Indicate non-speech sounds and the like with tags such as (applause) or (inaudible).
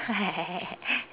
(laughs)